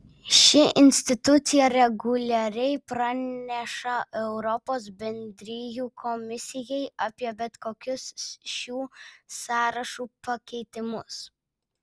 ši institucija reguliariai praneša europos bendrijų komisijai apie bet kokius šių sąrašų pakeitimus